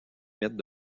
mettre